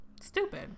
Stupid